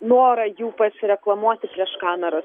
norą jų pasireklamuoti prieš kameras